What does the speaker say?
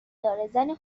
داره، زن